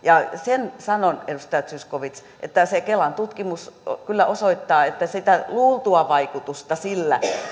sen sanon edustaja zyskowicz että se kelan tutkimus kyllä osoittaa että sitä luultua vaikutusta sillä